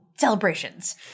Celebrations